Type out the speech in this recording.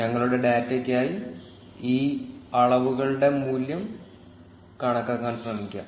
ഞങ്ങളുടെ ഡാറ്റയ്ക്കായി ഈ അളവുകളുടെ മൂല്യം കണക്കാക്കാൻ ശ്രമിക്കാം